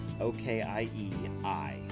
O-K-I-E-I